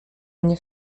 nie